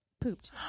pooped